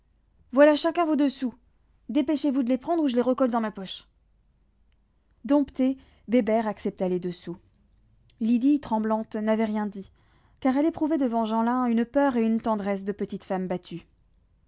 voilà chacun vos deux sous dépêchez-vous de les prendre ou je les recolle dans ma poche dompté bébert accepta les deux sous lydie tremblante n'avait rien dit car elle éprouvait devant jeanlin une peur et une tendresse de petite femme battue